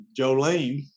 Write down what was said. jolene